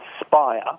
inspire